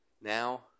now